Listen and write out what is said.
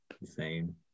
insane